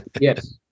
Yes